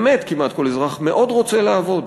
מאוד רוצה לעבוד.